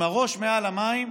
עם הראש מעל המים,